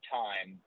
time